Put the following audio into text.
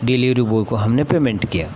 delivery boy को हमने payment किया